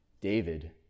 David